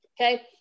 okay